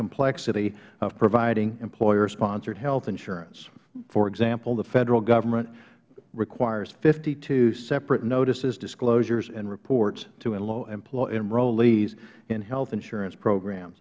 complexity of providing employer sponsored health insurance for example the federal government requires fifty two separate notices disclosures and reports to enrollees in health insurance programs